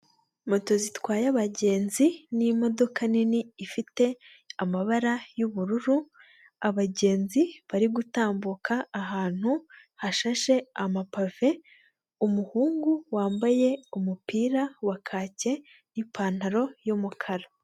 Moto zitwaye abagenzi n'imodoka nini ifite amabara y'ubururu, abagenzi bari gutambuka ahantu hashashe amapave, umuhungu wambaye umupira wa kacye n'ipantaro y'umukara.